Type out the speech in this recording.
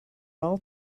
all